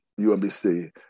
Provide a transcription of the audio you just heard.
UMBC